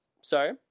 Sorry